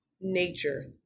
nature